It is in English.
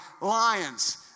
lions